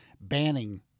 banning